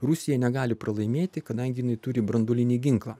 rusija negali pralaimėti kadangi jinai turi branduolinį ginklą